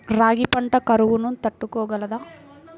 రాగి పంట కరువును తట్టుకోగలదా?